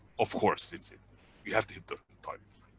of course it's it's you have to hit the target.